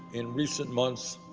in recent months,